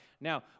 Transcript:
Now